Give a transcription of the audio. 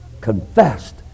confessed